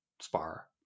spar